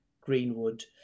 Greenwood